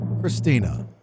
Christina